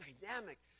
dynamic